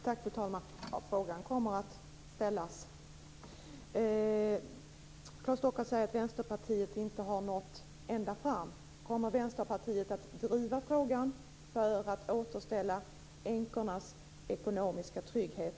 Fru talman! Ja, frågan kommer att ställas. Claes Stockhaus säger att Vänsterpartiet inte har nått ända fram. Kommer Vänsterpartiet att driva frågan om att återställa änkornas ekonomiska trygghet?